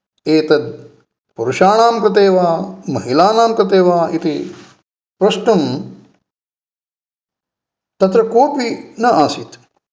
एतत् पुरुषाणां कृते वा महिलानां कृते वा इति प्रष्टुं तत्र कोपि न आसीत्